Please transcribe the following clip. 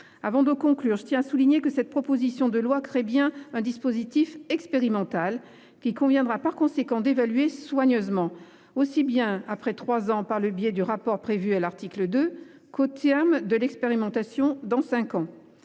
Avant de conclure, je tiens à souligner que, cette proposition de loi créant un dispositif expérimental, il conviendra de mener une évaluation soigneuse, aussi bien après trois ans, par le biais du rapport prévu à l'article 2, qu'au terme de l'expérimentation, dans cinq ans.